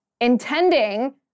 intending